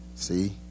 See